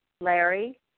Larry